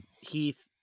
heath